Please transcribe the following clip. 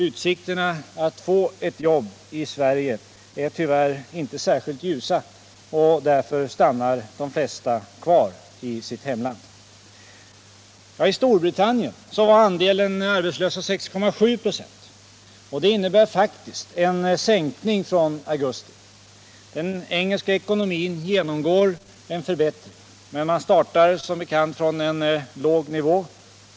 Utsikterna att få ett jobb i Sverige är tyvärr inte särskilt ljusa, och därför stannar de flesta kvar i sitt hemland. I Storbritannien var andelen arbetslösa 6,7 26. Det innebär faktiskt en sänkning från augusti. Den engelska ekonomin genomgår en förbättring. Men man startar som bekant från en låg nivå.